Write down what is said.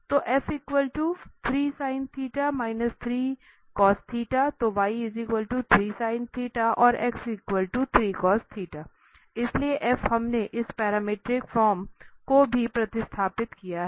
तो तो और इसलिए हमने इस पैरामीट्रिक फॉर्म को भी प्रतिस्थापित किया है